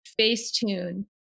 Facetune